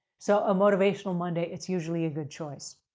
so, a motivational monday, it's usually a good choice.